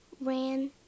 ran